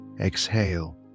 exhale